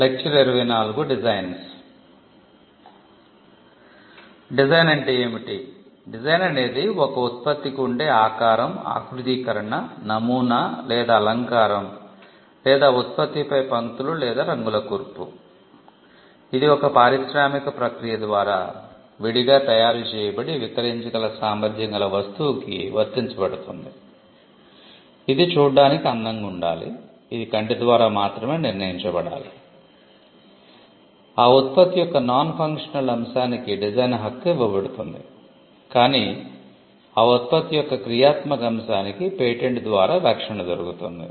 designs ద్వారా రక్షణ దొరుకుతుంది